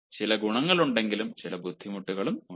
ചില ഗുണങ്ങളുണ്ടെങ്കിലും ചില ബുദ്ധിമുട്ടുകൾ ഉണ്ട്